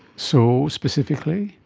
so, specifically?